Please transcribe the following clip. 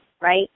right